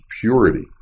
purity